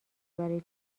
برای